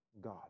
God